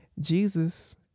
Jesus